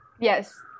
Yes